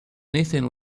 nathan